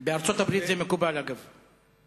בארצות-הברית זה מקובל, אגב.